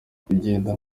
kugenda